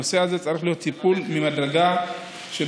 בנושא הזה צריך להיות טיפול ממדרגה ראשונה.